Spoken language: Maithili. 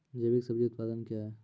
जैविक सब्जी उत्पादन क्या हैं?